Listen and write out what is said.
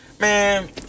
Man